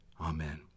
Amen